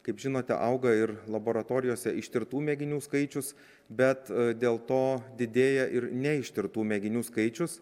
kaip žinote auga ir laboratorijose ištirtų mėginių skaičius bet dėl to didėja ir neištirtų mėginių skaičius